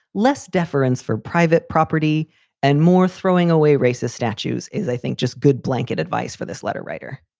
less deference for private property and more throwing away racist statues is, i think, just good blanket advice for this letter writer.